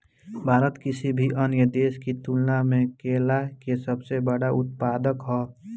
भारत किसी भी अन्य देश की तुलना में केला के सबसे बड़ा उत्पादक ह